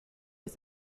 las